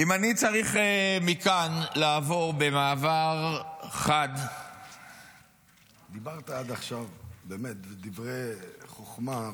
אם אני צריך מכאן לעבור במעבר חד -- דיברת עד עכשיו באמת דברי חוכמה.